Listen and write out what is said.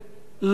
לא נמצא.